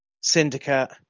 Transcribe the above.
Syndicate